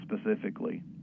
specifically